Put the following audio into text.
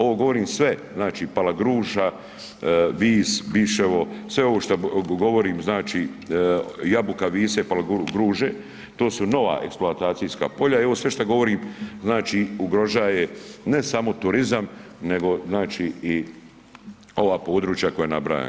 Ovo govorim sve znači, Palagruža, Vis, Biševo, sve ovo što govorim znači Jabuka, Vise, Palagruže to su nova eksploatacijska polja i ovo sve što govorim znači ugrožava ne samo turizam, nego i ova područja koja nabrajam.